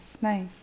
nice